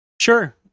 sure